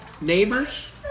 neighbors